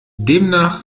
demnach